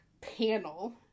panel